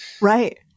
Right